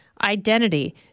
identity